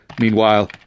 Meanwhile